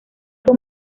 con